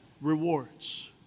Rewards